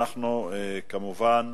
אנחנו כמובן